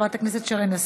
חברת הכנסת חנין זועבי,